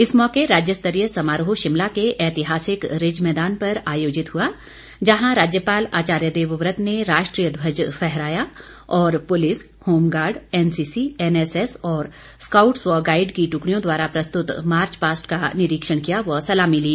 इस मौके राज्यस्तरीय समारोह शिमला के ऐतिहासिक रिज मैदान पर आयोजित हुआ जहां राज्यपाल आचार्य देवव्रत ने राष्ट्रीय ध्वज फहराया और पुलिस होमगार्ड एनसीसी एनएसएस और स्काउट्स व गाईड की टुकड़ियों द्वारा प्रस्तुत मार्चपास्ट का निरीक्षण किया व सलामी ली